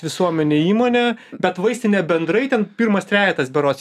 visuomenėj įmonė bet vaistinė bendrai ten pirmas trejetas berods